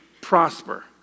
prosper